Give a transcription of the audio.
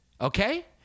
okay